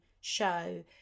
show